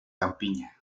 campiña